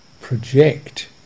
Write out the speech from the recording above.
project